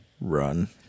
Run